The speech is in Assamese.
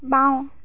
বাওঁ